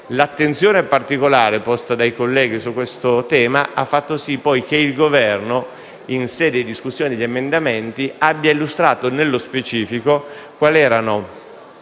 L'attenzione particolare posta dai colleghi su questo tema ha fatto sì che il Governo, in sede di discussione degli emendamenti, abbia illustrato nello specifico il portato